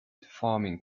farming